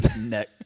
neck